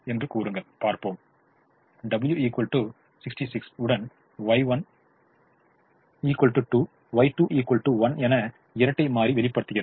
என்று கூறுங்கள் பார்ப்போம் W 66 உடன் yY1 2Y2 1 என இரட்டை மாறி வெளிப்படுத்துகிறது